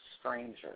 stranger